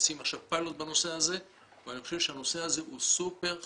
מציעים עכשיו פיילוט בנושא הזה ואני חושב שהנושא הזה הוא סופר חשוב,